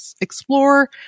explore